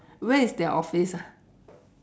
where is their office ah